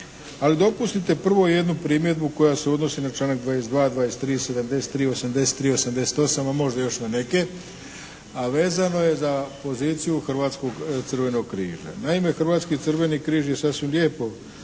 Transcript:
Ali dopustite prvo jednu primjedbu koja se odnosi na članak 22., 23., 73., 83., 88., a možda još na neke, a vezano je za poziciju Hrvatskog crvenog križa. Naime, Hrvatski crveni križ je sasvim lijepo